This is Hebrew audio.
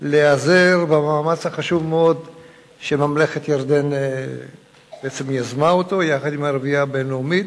להיעזר במאמץ החשוב מאוד שממשלת ירדן יזמה יחד עם הרביעייה הבין-לאומית.